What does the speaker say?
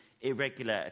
irregular